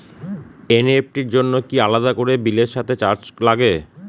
NEFT র জন্য কি আলাদা করে বিলের সাথে চার্জ লাগে?